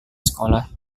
sekolah